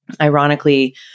Ironically